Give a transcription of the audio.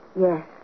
Yes